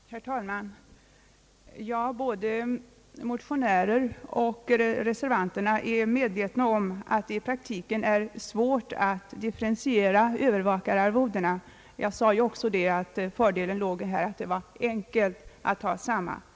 Herr talman! Både motionärer och reservanter är medvetna om att det i praktiken är svårt att differentiera övervakararvodena. Jag sade också att fördelen låg i att det var enkelt att ha samma arvode.